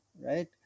right